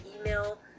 email